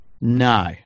No